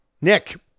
Nick